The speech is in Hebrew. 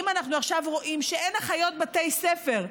אם אנחנו עכשיו רואים שאין אחיות בתי ספר,